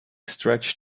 stretch